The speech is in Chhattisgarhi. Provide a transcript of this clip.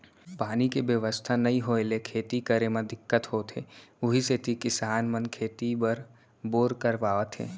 पानी के बेवस्था नइ होय ले खेती करे म दिक्कत होथे उही सेती किसान मन खेती बर बोर करवात हे